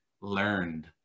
learned